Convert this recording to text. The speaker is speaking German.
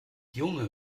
junge